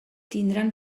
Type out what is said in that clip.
tindran